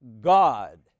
God